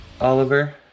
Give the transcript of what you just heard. Oliver